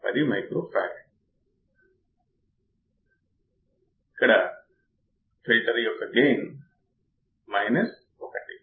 అంటే నాలుగు ప్రాథమిక దశలు అవకలన యాంప్లిఫైయర్ దశ ఇంటర్మీడియట్ దశ లెవెల్ షిఫ్టర్ దశ మరియు అవుట్పుట్ దశ ను కలిగి ఉంది